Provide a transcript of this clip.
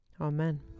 Amen